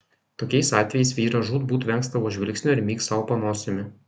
tokiais atvejais vyras žūtbūt vengs tavo žvilgsnio ir myks sau po nosimi